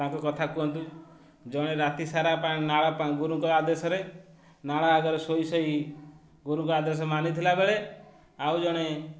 ତାଙ୍କ କଥା କୁହନ୍ତୁ ଜଣେ ରାତିସାରା ପାଇଁ ନାଳ ଗୁରୁଙ୍କ ଆଦେଶରେ ନାଳ ଆଗରେ ଶୋଇ ଶୋଇ ଗୁରୁଙ୍କ ଆଦେଶ ମାନିଥିଲା ବେଳେ ଆଉ ଜଣେ